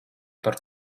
par